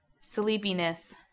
Sleepiness